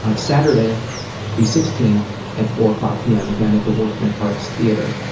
saturday the sixteenth at four o'clock pm, again, at the workman arts theatre.